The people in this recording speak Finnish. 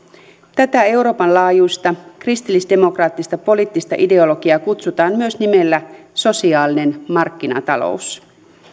tätä euroopan laajuista kristillisdemok raattista poliittista ideologiaa kutsutaan myös nimellä sosiaalinen markkinatalous